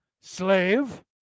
slave